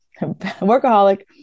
workaholic